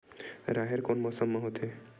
राहेर कोन मौसम मा होथे?